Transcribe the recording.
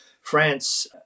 France